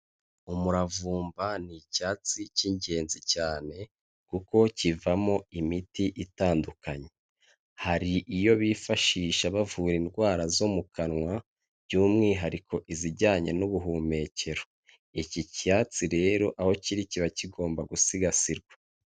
Umuravumba ni icyatsi cy'ingenzi cyane kuko kivamo imiti itandukanye, hari iyo bifashisha bavura indwara zo mu kanwa by'umwihariko izijyanye n'ubuhumekero, iki cyatsi rero aho kiri kiba kigomba gusigasirwa.